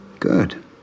good